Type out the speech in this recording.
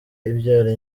ibyara